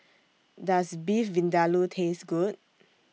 Does Beef Vindaloo Taste Good